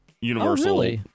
universal